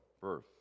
birth